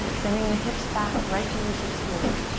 sending the hips back, right fingertips forward.